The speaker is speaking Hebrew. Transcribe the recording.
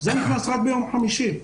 זה נכנס רק ביום חמישי.